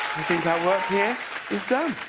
i think our work here is done.